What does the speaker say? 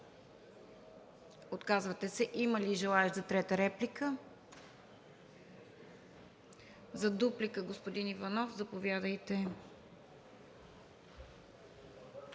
Отказвате се. Има ли желаещ за трета реплика? Няма. За дуплика, господин Иванов? Заповядайте.